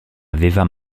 aveva